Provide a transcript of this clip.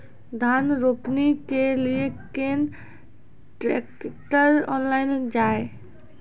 धान रोपनी के लिए केन ट्रैक्टर ऑनलाइन जाए?